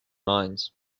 minds